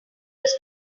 was